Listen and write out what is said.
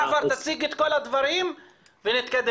בבקשה, תציג את כל הדברים ונתקדם.